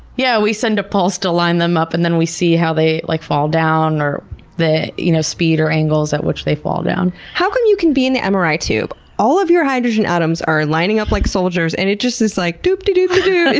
yeah. we send a pulse to line them up, but and then we see how they, like, fall down or the you know speed or angles at which they fall down. how come you can be in the mri tube, all of your hydrogen atoms are lining up like soldiers, and it just is like doopty-doop-doop?